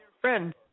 friend